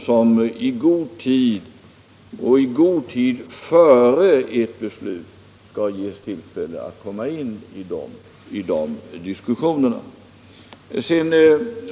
Det är de som i god tid före ett beslut skall ges tillfälle att komma in i dessa diskussioner.